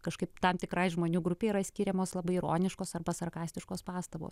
kažkaip tam tikrai žmonių grupei yra skiriamos labai ironiškos arba sarkastiškos pastabos